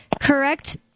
correct